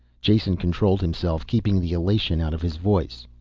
jason controlled himself, keeping the elation out of his voice.